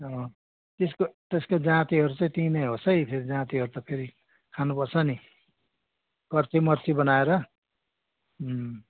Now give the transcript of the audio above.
अँ त्यसको त्यसको जाँतेहरू चाहिँ त्यहीँ नै होस् है फेरि जाँतेहरू त फेरि खानुपर्छ नि कर्चीमर्ची बनाएर